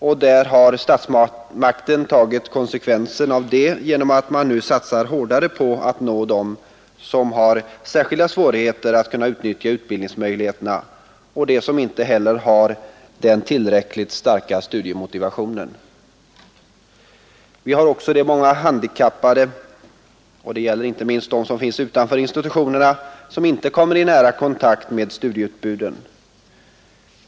Där har också statsmakten tagit konsekvensen härav genom att man nu satsar hårdare på att nå dem som har särskilda svårigheter att kunna utnyttja utbildningsmöjligheterna och dem som inte heller har tillräckligt starka studiemotivationer. Vi har också de många handikappade — detta gäller inte minst de som finns utanför institutionerna — som inte kommer i nära kontakt med studieutbuden.